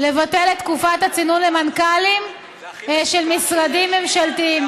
לבטל את תקופת הצינון למנכ"לים של משרדים ממשלתיים.